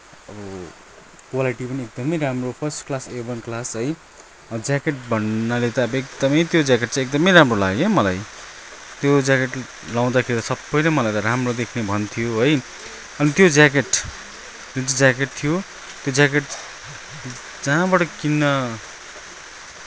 अब क्वालिटी पनि एकदमै राम्रो first class A one class है ज्याकेट भन्नाले त एकदमै त्यो ज्याकेट चाहिँ एकदमै राम्रो लाग्यो के मलाई त्यो ज्याकेट लगाउँदाखेरि सबैले मलाई त राम्रो देखियो भन्थ्यो है अनि त्यो ज्याकेट जुन चाहिँ ज्याकेट थियो त्यो ज्याकेट जहाँबाट किन्न